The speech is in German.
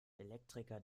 elektriker